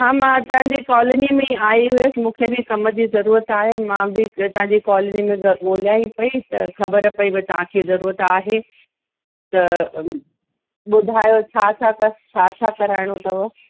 हा मां तव्हांजी कॉलोनी में ई आई हुअसि मूंखे बि कम जी ज़रूरत आहे मां बि तव्हांजी कॉलोनी में घरु ॻोलियां ही पई त ख़बर पई भई तव्हांखे ज़रूरत आहे त ॿुधायो छा छा त छा छा करायणो अथव